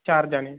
ਚਾਰ ਜਣੇ